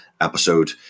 episode